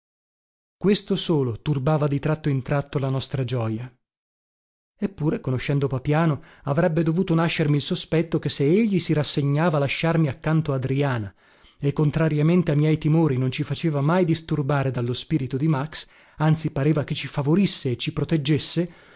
questo solo turbava di tratto in tratto la nostra gioja eppure conoscendo papiano avrebbe dovuto nascermi il sospetto che se egli si rassegnava a lasciarmi accanto adriana e contrariamente a miei timori non ci faceva mai disturbare dallo spirito di max anzi pareva che ci favorisse e ci proteggesse